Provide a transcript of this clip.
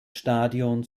stadion